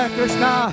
Krishna